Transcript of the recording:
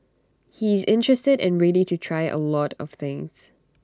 he is interested and ready to try A lot of things